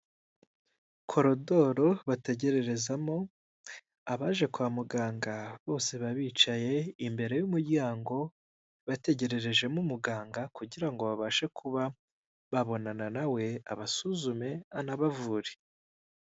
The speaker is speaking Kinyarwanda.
Korodoro bategererezamo, abaje kwa muganga bose baba bicaye imbere y'umuryango bategererejemo umuganga, kugira ngo babashe kuba babonana na we abasuzume anabavure.